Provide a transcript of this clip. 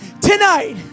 tonight